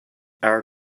our